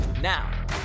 Now